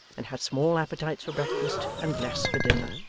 and had small appetites for breakfast and less for dinner,